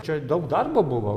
čia daug darbo buvo